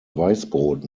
weißbrot